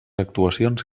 actuacions